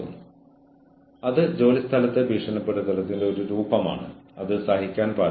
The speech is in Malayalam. കൂടാതെ പ്രതീക്ഷിച്ചതൊന്നും നടന്നില്ലെങ്കിൽ നിങ്ങൾ ഇടപെടും